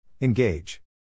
Engage